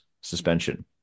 suspension